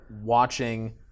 watching